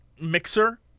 mixer